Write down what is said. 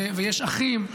ויש אחים,